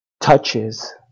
touches